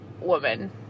woman